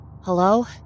Hello